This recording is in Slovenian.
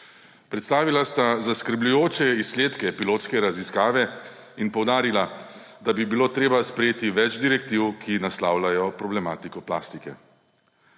Predstavila sta zaskrbljujoče izsledke pilotske raziskave in poudarila, da bi bilo treba sprejeti več direktiv, ki naslavljajo problematiko plastike.